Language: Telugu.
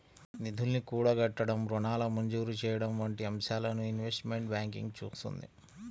నిధుల్ని కూడగట్టడం, రుణాల మంజూరు చెయ్యడం వంటి అంశాలను ఇన్వెస్ట్మెంట్ బ్యాంకింగ్ చూత్తుంది